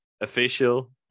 Official